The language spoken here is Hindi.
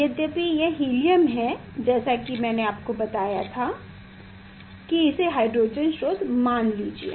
यद्यपि यह हीलियम है जैसा कि मैंने आपको बताया था कि इसे हाइड्रोजन स्रोत मान लीजिए